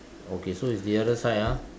okay so it's the other side ah